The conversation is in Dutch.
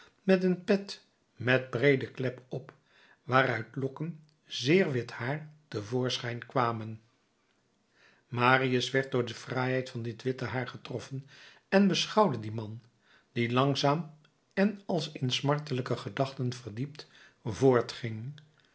met een pet met breeden klep op waaruit lokken zeer wit haar te voorschijn kwamen marius werd door de fraaiheid van dit witte haar getroffen en beschouwde dien man die langzaam en als in smartelijke gedachten verdiept voortging